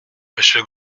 monsieur